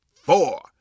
four